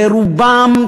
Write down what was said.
ורובם,